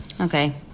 Okay